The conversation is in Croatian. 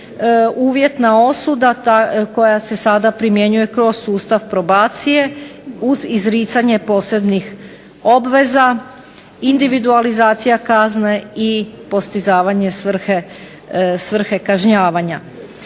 Uvjetna osuda koja se sada primjenjuje kroz sustav probacije uz izricanje posebnih obveza, individualizacija kazne i postizavanje svrhe kažnjavanja.